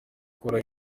gukora